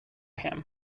him